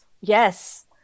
Yes